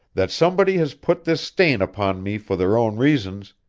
that somebody has put this stain upon me for their own reasons,